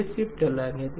वे shifts अलग हैं